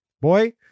boy